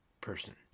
person